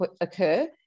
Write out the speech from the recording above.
occur